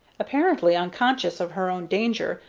apparently unconscious of her own danger,